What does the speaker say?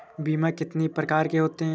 बीमा कितनी प्रकार के होते हैं?